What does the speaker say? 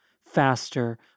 faster